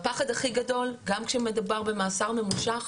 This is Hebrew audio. והפחד הכי גדול גם כשמדובר במאסר ממושך,